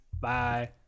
Bye